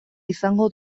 izango